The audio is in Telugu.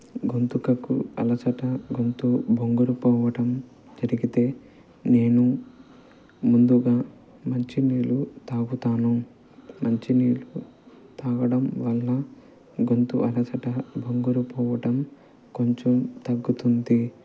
గొంతుకకు అలసట గొంతు బొంగుర పోవటం జరిగితే నేను ముందుగా మంచినీళ్ళు తాగుతాను మంచినీళ్ళు తాగడం వల్ల గొంతు అలసట బొంగుర పోవటం కొంచెం తగ్గుతుంది